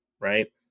right